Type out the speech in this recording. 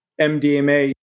MDMA